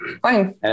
Fine